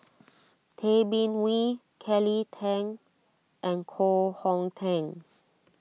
Tay Bin Wee Kelly Tang and Koh Hong Teng